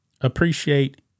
Appreciate